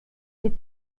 die